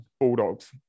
bulldogs